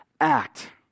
act